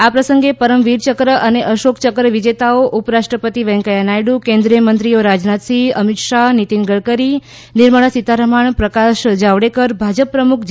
આ પ્રસંગે પરમવીરચંક્ર અને અશોકચંક્ર વિજેતાઓ ઉપરાષ્ટ્રપતિ વેંકૈયાહ નાયડુ કેન્દ્રીયમંત્રીઓ રાજનાથસિંહ અમીતશાહ નીતિન ગડકરી નિર્મળા સીતારમણ પ્રકાશ જાવડેકર ભાજપ પ્રમુખ જે